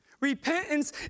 Repentance